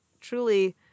truly